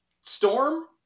Storm